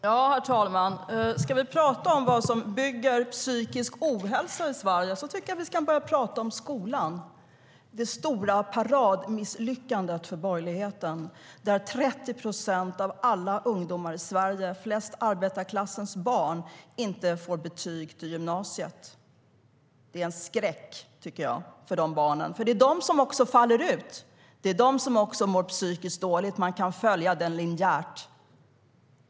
Herr talman! Ska vi tala om vad som bygger psykisk ohälsa i Sverige tycker jag att vi ska börja tala om skolan. Det är det stora paradmisslyckandet för borgerligheten där 30 procent av alla ungdomar i Sverige, mest arbetarklassens barn, inte får betyg till gymnasiet. Det är en skräck för de barnen. Det är de som också faller ut och mår psykiskt dåligt. Man kan följa det linjärt.